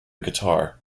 guitar